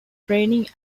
training